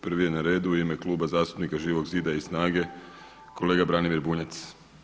Prvi je na redu u ime Kluba zastupnika Živog zida i snage kolega Branimir Bunjac.